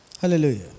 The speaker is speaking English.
Hallelujah